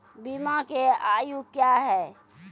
बीमा के आयु क्या हैं?